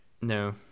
no